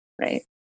right